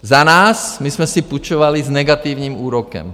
Za nás, my jsme si půjčovali s negativním úrokem.